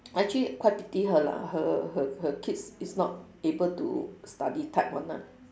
actually quite pity her lah her her her kids is not able to study type one ah